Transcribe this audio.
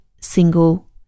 single